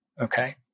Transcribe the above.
Okay